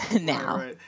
now